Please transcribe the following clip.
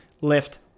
lift